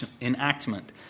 enactment